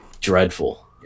dreadful